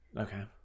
okay